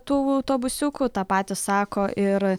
tų autobusiukų tą patį sako ir